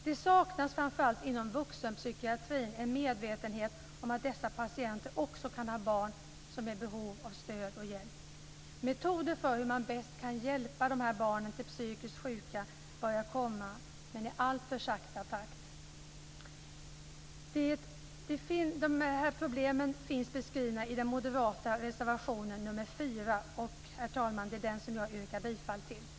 Det saknas framför allt inom vuxenpsykiatrin en medvetenhet om att dessa patienter också kan ha barn som är i behov av stöd och hjälp. Metoder för hur man bäst kan hjälpa barn till psykiskt sjuka börjar komma men i alltför långsam takt. De här problemen finns beskrivna i den moderata reservationen nr 4, som jag yrkar bifall till, herr talman.